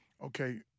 Okay